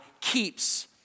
keeps